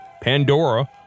Pandora